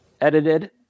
edited